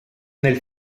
nel